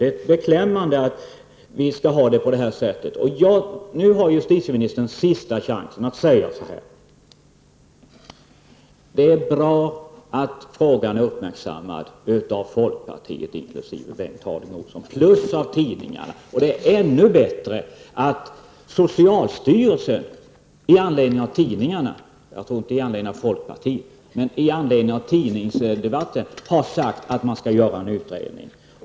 Det är beklämmande att vi skall ha det på det här sättet. Nu har justitieministern sista chansen att säga att det är bra att frågan är uppmärksammad av folkpartiet inkl. Bengt Harding Olson och av tidningarna. Det är ännu bättre att socialstyrelsen med anledning av tidningarna -- jag tror inte att det är med anledning av folkpartiet -- har sagt att man skall göra en utredning.